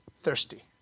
thirsty